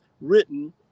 written